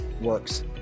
works